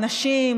הנשים,